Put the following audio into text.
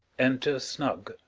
enter snug